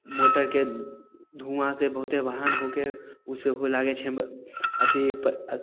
मोटरके धूआँसे बहुते बाहन हो के से होइ लागैत छै अथी पर